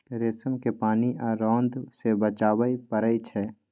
रेशम केँ पानि आ रौद सँ बचाबय पड़इ छै